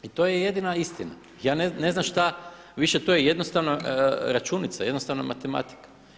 I to je jedina istina, ja ne znam šta, više to je jednostavna računica, jednostavna matematika.